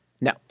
No